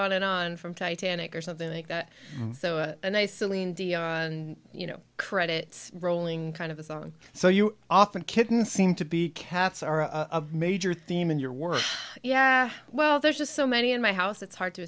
on and on from titanic or something like that so and i celine dion you know credit rolling kind of a song so you often kitten seem to be cats are a major theme in your work yeah well there's just so many in my house it's hard to